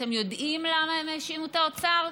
אתם יודעים למה הם האשימו את האוצר?